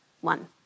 One